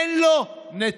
אין לו נתונים,